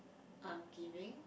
I'm giving